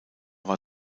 war